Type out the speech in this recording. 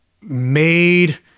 made